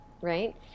Right